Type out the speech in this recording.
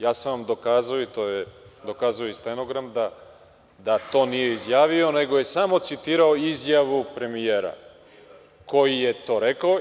Ja sam vam dokazao i dokazao je i stenogram da to nije izjavio, nego je samo citirao izjavu premijera koji je to rekao.